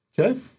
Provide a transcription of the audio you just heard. okay